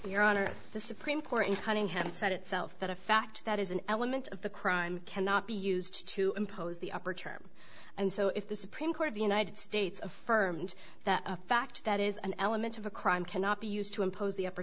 your honor the supreme court including have said itself that a fact that is an element of the crime cannot be used to impose the upper term and so if the supreme court of the united states affirmed that a fact that is an element of a crime cannot be used to impose the upper